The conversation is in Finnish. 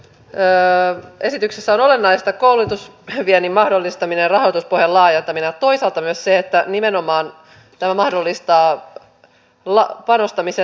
mielestäni esityksessä on olennaista koulutusviennin mahdollistaminen ja rahoituspohjan laajentaminen ja toisaalta myös se että nimenomaan tämä mahdollistaa panostamisen laadun kehittämiseen